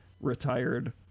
retired